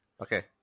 Okay